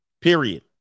period